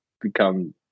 become